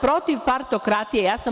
Protiv partokratije sam.